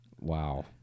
wow